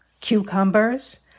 cucumbers